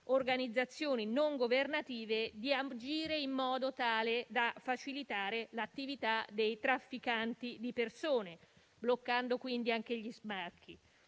organizzazioni non governative di agire in modo tale da facilitare l'attività dei trafficanti di persone, bloccando anche gli sbarchi.